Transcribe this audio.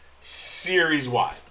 series-wide